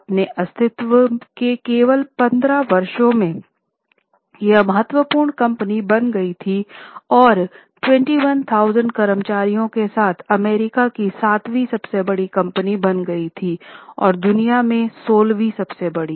अपने अस्तित्व के केवल 15 वर्षों में यह महत्वपूर्ण कंपनी बन गई थी और 21000 कर्मचारियों के साथ अमेरिका की सातवीं सबसे बड़ी कंपनी बन गई थी और दुनिया में सोलहवीं सबसे बड़ी